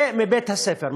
זה מבית-הספר.